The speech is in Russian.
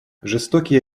жестокие